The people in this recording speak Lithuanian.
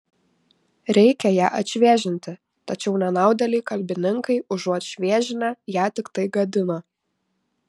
reikia ją atšviežinti tačiau nenaudėliai kalbininkai užuot šviežinę ją tiktai gadina